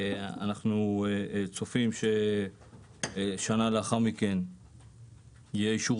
אנחנו צופים ששנה לאחר מכן יהיה אישור